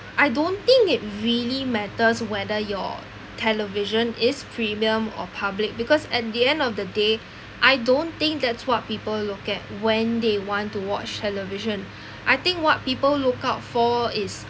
I don't think it really matters whether your television is premium or public because at the end of the day I don't think that's what people look at when they want to watch television I think what people look out for is